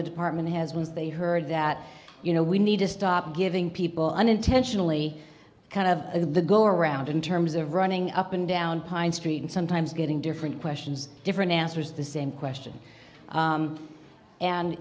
the department has once they heard that you know we need to stop giving people i unintentionally kind of the go around in terms of running up and down pine street and sometimes getting different questions different answers the same question